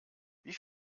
wie